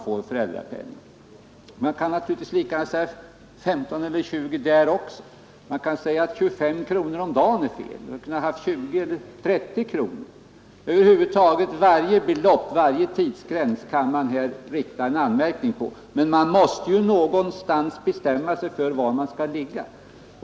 Det kan naturligtvis också sägas att 15 eller 20 dagar är fel avvägda perioder. Det kan sägas att 25 kronor om dagen är fel belopp och att det borde ha varit 20 eller 30 kronor i stället. Varje belopp och varje tidsgräns kan det riktas anmärkning mot, men vi måste ju bestämma oss för någonting.